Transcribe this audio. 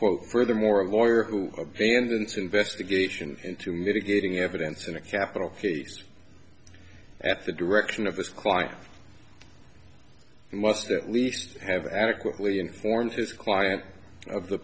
quote furthermore a lawyer who abandons investigation into mitigating evidence in a capital case at the direction of his client must at least have adequately informed his client of the